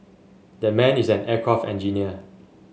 that man is an aircraft engineer